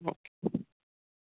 okay